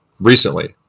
recently